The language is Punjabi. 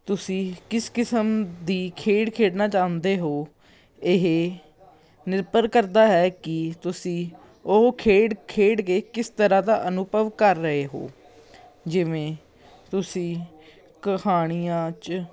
ਤੁਸੀਂ ਕਿਸ ਕਿਸਮ ਦੀ ਖੇਡ ਖੇਡਣਾ ਚਾਹੁੰਦੇ ਹੋ ਇਹ ਨਿਰਭਰ ਕਰਦਾ ਹੈ ਕਿ ਤੁਸੀਂ ਉਹ ਖੇਡ ਖੇਡ ਕੇ ਕਿਸ ਤਰ੍ਹਾਂ ਦਾ ਅਨੁਭਵ ਕਰ ਰਹੇ ਹੋ ਜਿਵੇਂ ਤੁਸੀਂ ਕਹਾਣੀਆਂ 'ਚ